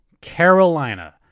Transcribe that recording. Carolina